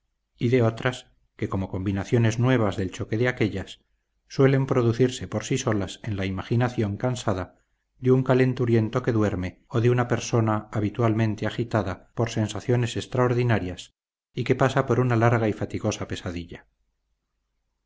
y de otras que como combinaciones nuevas del choque de aquéllas suelen producirse por sí solas en la imaginación cansada de un calenturiento que duerme o de una persona habitualmente agitada por sensaciones extraordinarias y que pasa por una larga y fatigosa pesadilla